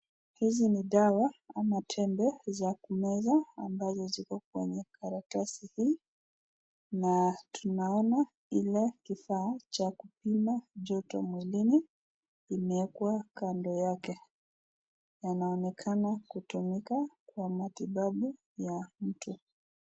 Hizi ni dawa ama tembe za kumeza ambazo ziko kwenye karatasi hii na tunaona ile kifaa cha kupima joto mwilini imewekwa kando yake, inaonekana kutumika kwa matibabu ya mtu.